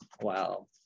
wow